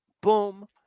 Boom